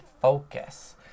focus